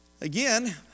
again